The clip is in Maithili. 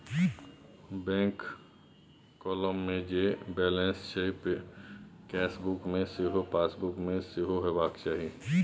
बैंक काँलम मे जे बैलंंस छै केसबुक मे सैह पासबुक मे सेहो हेबाक चाही